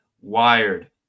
Wired